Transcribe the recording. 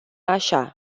așa